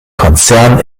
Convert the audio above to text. konzern